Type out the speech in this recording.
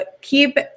keep